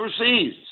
overseas